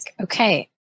okay